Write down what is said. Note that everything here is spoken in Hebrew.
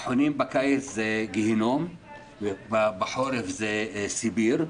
פחונים בקיץ זה גיהינום ובחורף זה סיביר,